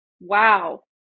Wow